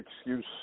excuse